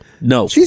No